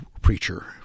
preacher